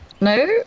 No